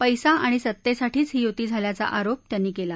पस्ती आणि सत्तस्तीठीच ही युती झाल्याचा आरोप त्यांनी कला